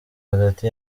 hagati